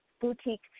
boutique